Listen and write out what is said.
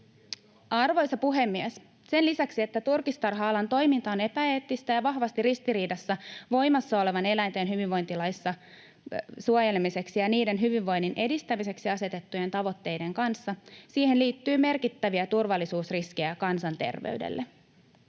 Arvoisa puhemies! Sen lisäksi, että turkistarha-alan toiminta on epäeettistä ja vahvasti ristiriidassa voimassa olevassa eläinten hyvinvointilaissa eläinten suojelemiseksi ja hyvinvoinnin edistämiseksi asetettujen tavoitteiden kanssa, siihen liittyy merkittäviä turvallisuusriskejä kansanterveydelle.